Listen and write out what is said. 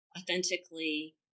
authentically